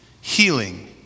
healing